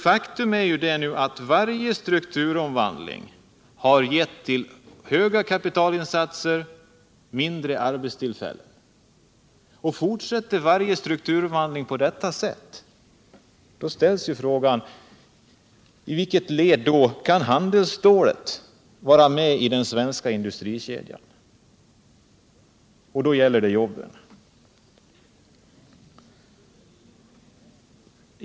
Faktum är att varje strukturomvandling har lett till högre kapitalinsatser och färre arbetstillfällen. Fortsätter varje strukturomvandling på detta sätt anmäler sig frågan: I vilket led kan handelsstålet vara med i den svenska industrikedjan? Då gäller det jobben.